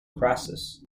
crassus